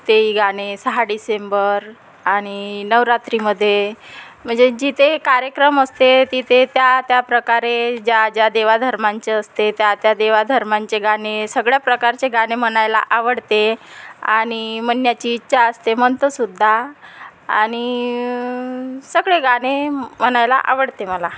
ते गाणे सहा डिसेंबर आणि नवरात्रीमध्ये म्हणजे जिथे कार्यक्रम असते तिथे त्या त्या प्रकारे ज्या ज्या देवाधर्मांचे असते त्या त्या देवाधर्मांचे गाणे सगळ्या प्रकारचे गाणे म्हणायला आवडते आणि म्हणण्याची इच्छा असते म्हणतेसुद्धा आणि सगळे गाणे म्हणायला आवडते मला